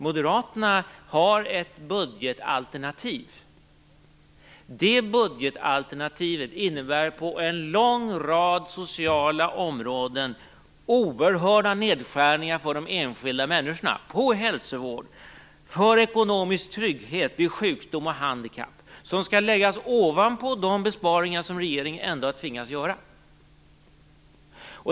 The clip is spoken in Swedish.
Moderaterna har ett budgetalternativ som innebär oerhörda nedskärningar för de enskilda människorna på en lång rad sociala områden, t.ex. hälsovården. Det innebär försämringar av den ekonomiska tryggheten vid sjukdom och handikapp. Det skall läggas ovanpå de besparingar som regeringen ändå har tvingats göra.